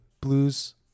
blues